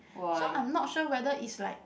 so I'm not sure whether is like